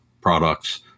products